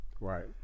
Right